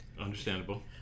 Understandable